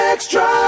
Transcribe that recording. Extra